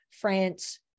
France